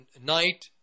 night